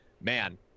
man